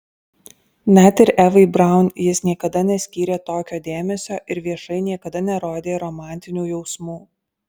net ir evai braun jis niekada neskyrė tokio dėmesio ir viešai niekada nerodė romantinių jausmų